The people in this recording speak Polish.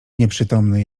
nieprzytomny